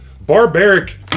barbaric